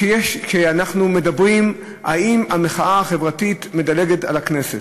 כשאנחנו שואלים אם המחאה החברתית מדלגת על הכנסת,